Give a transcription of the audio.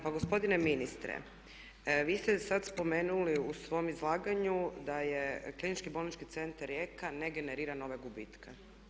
Pa gospodine ministre vi ste sad spomenuli u svom izlaganju da Klinički bolnički centar Rijeka ne generira nove gubitke.